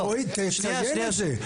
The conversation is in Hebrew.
אבל רועי, תשנן את זה.